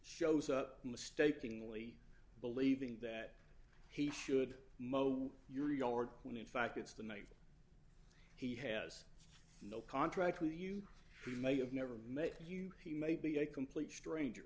shows mistakingly believing that he should mo your yard when in fact it's the night he has no contract with you he may have never met you he may be a complete stranger